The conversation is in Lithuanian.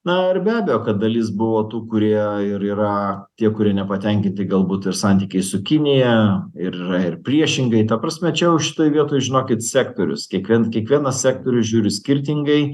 na ir be abejo kad dalis buvo tų kurie ir yra tie kurie nepatenkinti galbūt ir santykiais su kinija ir yra ir priešingai ta prasme čia jau šitoj vietoj žinokit sektorius kiekvien kiekvieną sektorius žiūri skirtingai